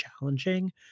challenging